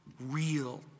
real